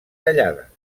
tallades